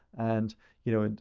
and, you know, and